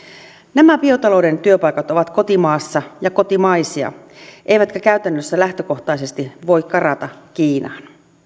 nämä biotalouden työpaikat ovat kotimaassa ja kotimaisia eivätkä käytännössä lähtökohtaisesti voi karata kiinaan